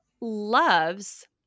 loves